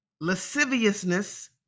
lasciviousness